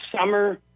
summer